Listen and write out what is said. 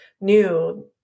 new